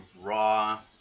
raw